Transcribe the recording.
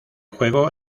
juego